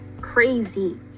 crazy